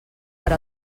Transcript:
per